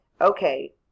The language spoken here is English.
okay